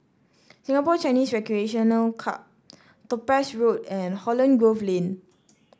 Singapore Chinese Recreation Club Topaz Road and Holland Grove Lane